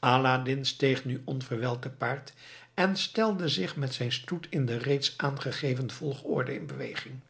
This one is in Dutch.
aladdin steeg nu onverwijld te paard en stelde zich met zijn stoet in de reeds aangegeven volgorde in beweging